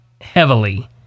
heavily